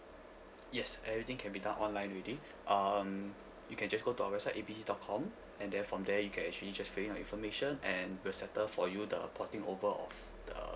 yes everything can be done online already um you can just go to our website A B C dot com and then from there you can actually just fill ini your information and we'll settle for you the porting over of the